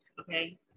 Okay